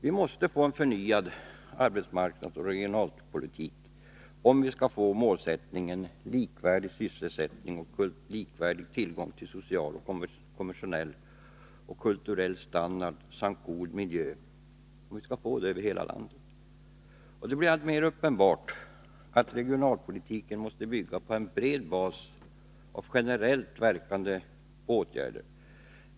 Vi måste få en förnyad arbetsmarknadsoch regionalpolitik, om målsättningen ”en likvärdig sysselsättning och likvärdig tillgång till social, kommersiell och kulturell service samt god miljö” skall nås över hela landet. Det blir alltmer uppenbart att regionalpolitiken måste bygga på en bred bas av generellt verkande åtgärder.